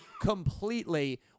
completely